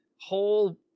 whole